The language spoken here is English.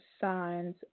signs